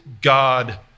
God